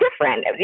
different